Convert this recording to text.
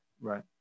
Right